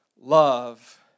Love